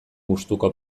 gustuko